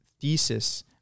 thesis